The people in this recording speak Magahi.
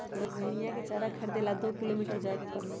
रोहिणीया के चारा खरीदे ला दो किलोमीटर जाय पड़लय